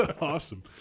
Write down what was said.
Awesome